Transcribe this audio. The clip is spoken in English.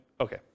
Okay